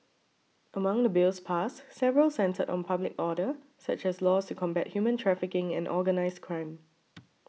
among the Bills passed several centred on public order such as laws to combat human trafficking and organised crime